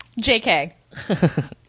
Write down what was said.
JK